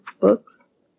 books